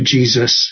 Jesus